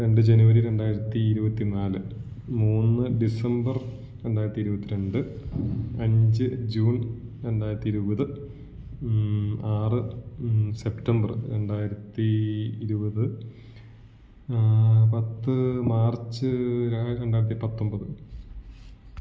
രണ്ട് ജനുവരി രണ്ടായിരത്തി ഇരുപത്തിനാല് മൂന്ന് ഡിസംബർ രണ്ടായിരത്തി ഇരുപത്തിരണ്ട് അഞ്ച് ജൂൺ രണ്ടായിരത്തി ഇരുപത് ആറ് സെപ്റ്റംബർ രണ്ടായിരത്തി ഇരുപത് പത്ത് മാർച്ച് രണ്ടായിരത്തി പത്തൊമ്പത്